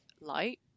light